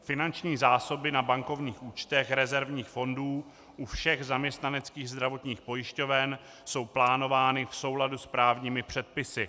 Finanční zásoby na bankovních účtech rezervních fondů u všech zaměstnaneckých zdravotních pojišťoven jsou plánovány v souladu s právními předpisy.